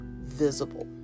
visible